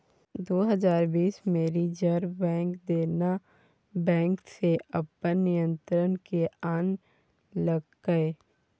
दु हजार बीस मे रिजर्ब बैंक देना बैंक केँ अपन नियंत्रण मे आनलकै